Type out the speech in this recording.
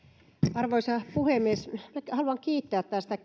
arvoisa puhemies haluan kiittää tästä